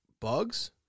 bugs